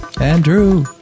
Andrew